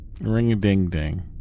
Ring-a-ding-ding